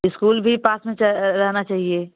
school भी पास में रहना चाहिए